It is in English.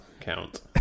count